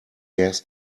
gas